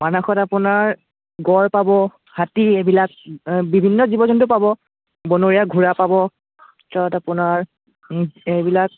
মানসত আপোনাৰ গঁড় পাব হাতী এইবিলাক বিভিন্ন জীৱ জন্তু পাব বনৰীয়া ঘোঁৰা পাব তাত আপোনাৰ এইবিলাক